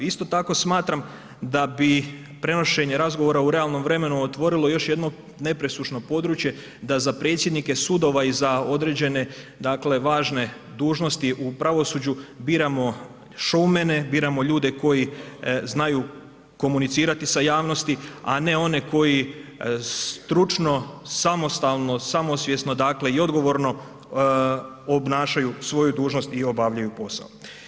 Isto tako smatram da bi prenošenje razgovora u realnom vremenu otvorilo još jedno nepresušno područje da za predsjednike sudova i za određene dakle važne dužnosti u pravosuđu biramo showmane, biramo ljude koji znaju komunicirati sa javnosti a ne one koji stručno, samostalno, samosvjesno, dakle i odgovorno obnašaju svoju dužnost i obavljaju posao.